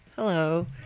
Hello